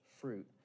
fruit